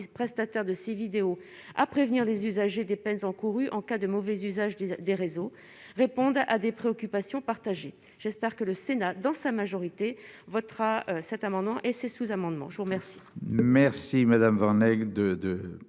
prestataires de ces vidéos à prévenir les usagers des peines encourues en cas de mauvais usage des réseaux répondent à des préoccupations partagées, j'espère que le Sénat dans sa majorité votera cet amendement et ses sous-amendements, je vous remercie.